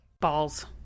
Balls